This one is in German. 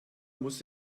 muss